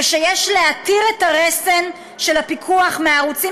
ויש להתיר את הרסן של הפיקוח מהערוצים